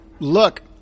Look